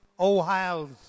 Ohio's